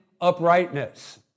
uprightness